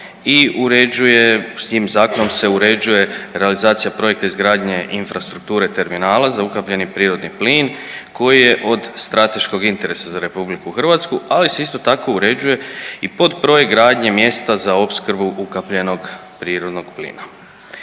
i uređuje, s tim zakonom se uređuje realizacija projekta izgradnje infrastrukture terminala za ukapljeni prirodni plin koji je od strateškog interesa za RH, ali se isto tako uređuje i pod projekt gradnje mjesta za opskrbu ukapljenog prirodnog plina.